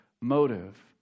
motive